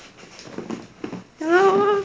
ya lor